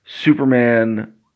Superman